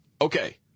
Okay